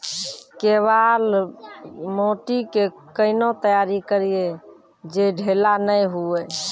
केवाल माटी के कैना तैयारी करिए जे ढेला नैय हुए?